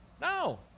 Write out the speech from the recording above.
No